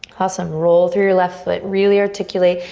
awesome. roll through your left foot. really articulate.